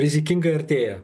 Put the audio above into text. rizikingai artėja